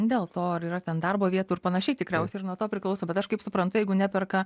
dėl to ar yra ten darbo vietų ir panašiai tikriausiai ir nuo to priklauso bet aš kaip suprantu jeigu neperka